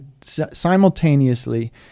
simultaneously